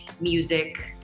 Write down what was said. music